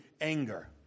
anger